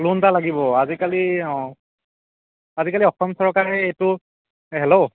loan এটা লাগিব আজিকালি অঁ আজিকালি অসম চৰকাৰে এইটো হেল্ল'